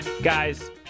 Guys